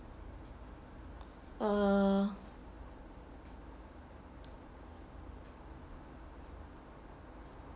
uh